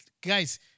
Guys